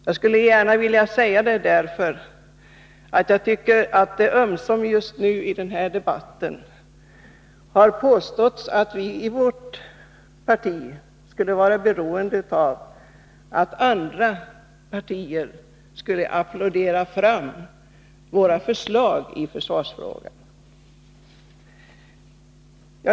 Jag vill gärna säga detta, därför att det understundom här i debatten har påståtts att vi i vårt parti skulle vara beroende av att andra partier applåderar fram våra förslag i försvarsfrågan.